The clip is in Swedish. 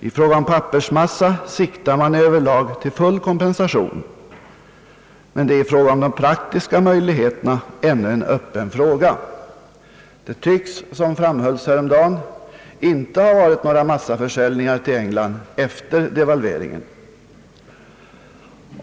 I fråga om pappersmassa siktar man över lag till full kompensation, men detta är i fråga om de praktiska möjligheterna ännu en öppen fråga. Det tycks, såsom framhölls häromdagen, inte ha varit några massaförsäljningar till England efter devalveringen.